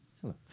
hello